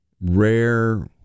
rare